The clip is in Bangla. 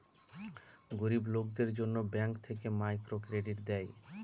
গরিব লোকদের জন্য ব্যাঙ্ক থেকে মাইক্রো ক্রেডিট দেয়